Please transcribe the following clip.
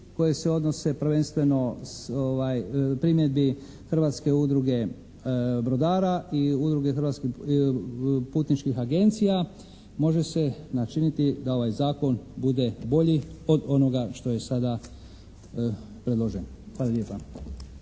koje se odnose prvenstveno primjedbi Hrvatske udruge brodara i Udruge putničkih agencija može se načiniti da ovaj zakon bude bolji od onoga što je sada predloženo. Hvala lijepa.